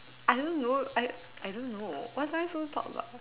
I don't know I I don't know what am I supposed to talk about